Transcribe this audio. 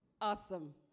awesome